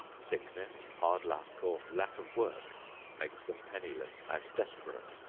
sickness, hard luck, or lack of work makes them penniless and desperate.